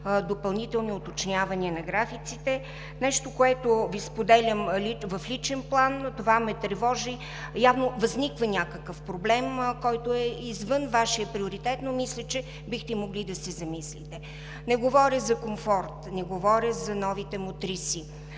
допълнителни уточнявания на графиците – нещо, което Ви споделям в личен план, това ме тревожи. Явно възниква някакъв проблем, който е извън Вашия приоритет, но мисля, че бихте могли да се замислите. Не говоря за комфорт, не говоря за новите мотриси,